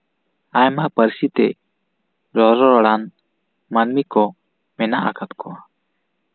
ᱟᱭᱢᱟ ᱯᱟᱹᱨᱥᱤᱛᱮ ᱨᱚᱨᱚᱲᱟᱱ ᱢᱟᱹᱱᱢᱤ ᱠᱚ ᱢᱮᱱᱟᱜ ᱟᱠᱟᱫ ᱠᱚᱣᱟ